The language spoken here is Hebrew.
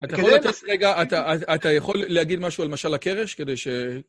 אתה יכול לתת רגע, אתה יכול להגיד משהו על משל הקרש כדי ש...